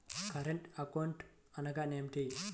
Current account అనగా ఏమిటి?